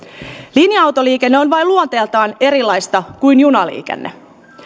linja autoliikenne on vain luonteeltaan erilaista kuin junaliikenne